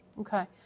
Okay